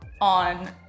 on